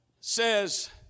says